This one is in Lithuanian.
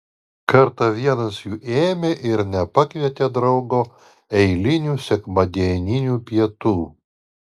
kartą vienas jų ėmė ir nepakvietė draugo eilinių sekmadieninių pietų